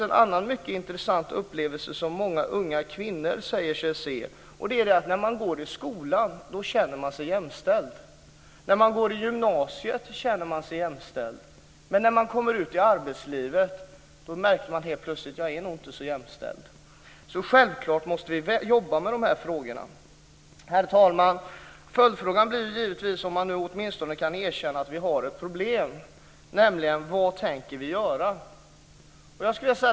En annan mycket intressant upplevelse som många unga kvinnor säger sig ha är att de känner sig jämställda när de går i skolan, t.ex. på gymnasiet, men att de när de kommer ut i arbetslivet helt plötsligt märker att de nog inte är så jämställda. Självklart måste vi jobba med de här frågorna. Herr talman! En följdfråga blir givetvis om man åtminstone kan erkänna att vi har ett problem, nämligen vad vi tänker göra.